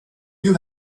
you